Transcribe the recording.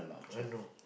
I know